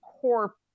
core